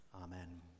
amen